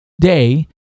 day